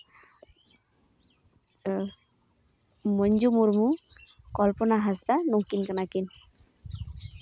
ᱢᱚᱧᱡᱩ ᱢᱩᱨᱢᱩ ᱠᱚᱞᱯᱚᱱᱟ ᱦᱟᱸᱥᱫᱟ ᱱᱩᱝᱠᱤᱱ ᱠᱟᱱᱟᱠᱤᱱ